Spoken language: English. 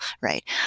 right